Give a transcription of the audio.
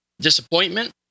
disappointment